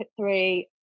three